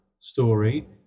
story